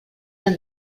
ens